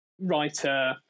writer